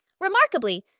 Remarkably